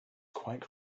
quite